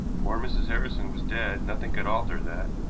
poor mrs. harrison was dead, nothing could alter that,